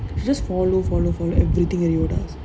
she just follow follow follow everything that rio does